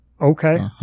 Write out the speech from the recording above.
Okay